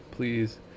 please